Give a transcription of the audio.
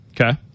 Okay